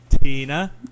Tina